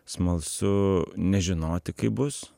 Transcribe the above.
smalsu nežinoti kaip bus